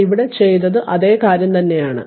ഞാൻ ഇവിടെ ചെയ്തത് അതേ കാര്യം തന്നെയാണ്